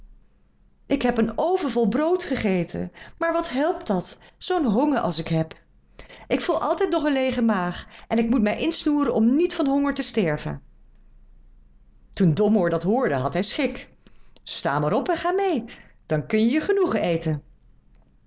ik heb een oven vol brood gegeten maar wat helpt dat zoo'n honger als ik heb ik voel altijd nog een leege maag en ik moet mij insnoeren om niet van honger te sterven toen domoor dat hoorde had hij schik sta maar op en ga mee dan kun je je genoegen eten